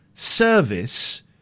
service